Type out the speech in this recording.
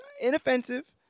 inoffensive